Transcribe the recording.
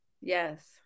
Yes